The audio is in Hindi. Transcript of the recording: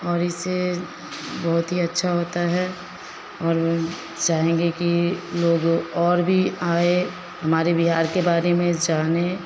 और इसे बहुत ही अच्छा होता है और हम चाहेंगे कि लोग और भी आए हमारे बिहार के बारे में जानें